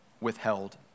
withheld